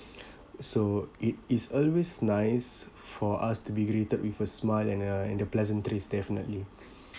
so it is always nice for us to be greeted with a smile and a and the pleasantries definitely